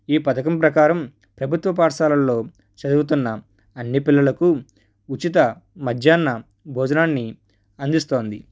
ఈ పథకం ప్రకారం ప్రభుత్వ పాఠశాలలో చదువుతున్న అన్ని పిల్లలకు ఉచిత మధ్యాహ్న భోజనాన్ని అందిస్తుంది